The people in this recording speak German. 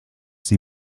sie